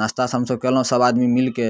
नास्ता समसभ कयलहुँ सभ आदमी मिलिके